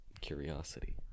curiosity